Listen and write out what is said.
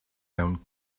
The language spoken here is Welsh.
mewn